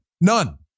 None